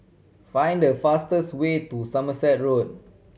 find the fastest way to Somerset Road